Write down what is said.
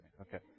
Okay